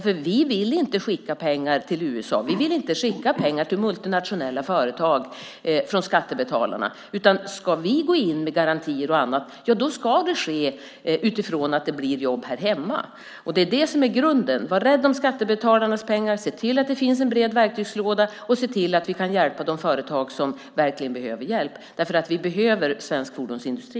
Vi vill inte skicka pengar till USA. Vi vill inte skicka skattebetalarnas pengar till multinationella företag. Ska vi gå in med garantier och annat ska det ske utifrån att det blir jobb här hemma. Det är grunden. Det handlar om att vara rädd om skattebetalarnas pengar, se till att det finns en bred verktygslåda och se till att vi kan hjälpa de företag som verkligen behöver hjälp. Vi behöver svensk fordonsindustri.